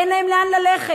אין להם לאן ללכת.